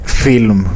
film